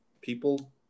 people